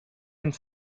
and